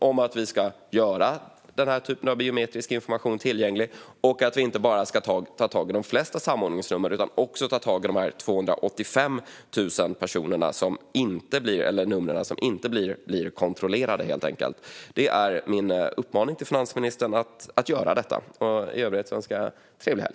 Låt oss göra denna typ av biometrisk information tillgänglig och ta tag inte bara i de flesta samordningsnummer utan också i de 285 000 nummer som inte blir kontrollerade. Det är min uppmaning till finansministern att göra detta. I övrigt önskar jag trevlig helg.